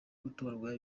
gutorwa